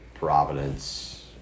Providence